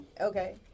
Okay